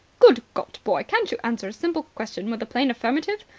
good god, boy, can't you answer a simple question with a plain affirmative?